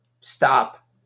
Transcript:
Stop